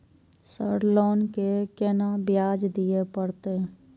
Sir loan के केना ब्याज दीये परतें?